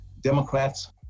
Democrats